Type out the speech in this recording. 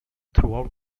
throughout